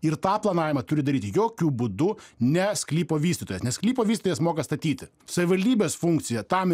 ir tą planavimą turi daryti jokiu būdu ne sklypo vystytojas nes sklypo vystytojas moka statyti savivaldybės funkcija tam